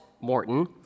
Morton